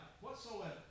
whatsoever